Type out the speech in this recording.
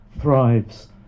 thrives